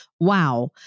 Wow